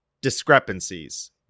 discrepancies